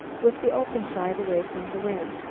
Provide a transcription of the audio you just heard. with the open side away from the wind.